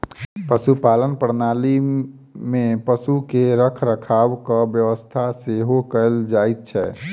पशुपालन प्रणाली मे पशु के रखरखावक व्यवस्था सेहो कयल जाइत छै